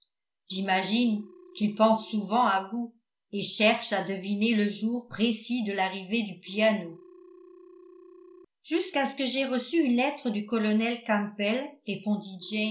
j'imagine qu'ils pensent souvent à vous et cherchent à deviner le jour précis de l'arrivée du piano jusqu'à ce que j'aie reçu une lettre du colonel campbell